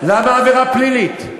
למה עבירה פלילית?